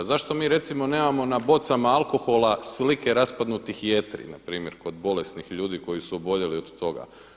Zašto mi recimo nemao na bocama alkohola slike raspadnutih jetri na primjer kod bolesnih ljudi koji su oboljeli od toga?